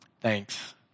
Thanks